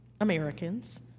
Americans